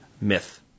myth